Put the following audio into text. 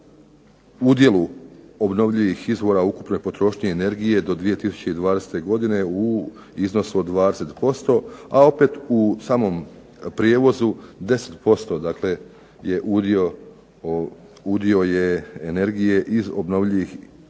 o udjelu obnovljivih izvora ukupnoj potrošnji energije do 2020. godine u iznosu od 20%, a opet u samom prijevozu 10% dakle je udio je energije iz obnovljivih izvora